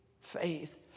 Faith